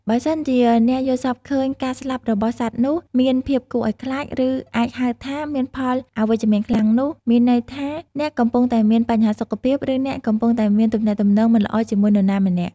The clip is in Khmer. បើសិនជាអ្នកយល់សប្តិឃើញ ការស្លាប់របស់សត្វនោះ មានភាពគួរឲ្យខ្លាចឬអាចហៅថា មានផលអវិជ្ជមានខ្លាំងនោះ មានន័យថាអ្នកកំពុងតែមាន បញ្ហាសុខភាព ឬអ្នកកំពុងតែមានទំនាក់ទំនង មិនល្អជាមួយនរណាម្នាក់។